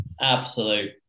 absolute